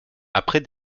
après